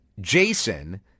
Jason